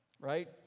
right